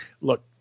look